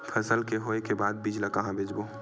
फसल के होय के बाद बीज ला कहां बेचबो?